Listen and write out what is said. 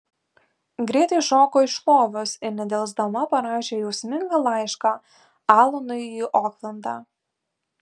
greitai šoko iš lovos ir nedelsdama parašė jausmingą laišką alanui į oklandą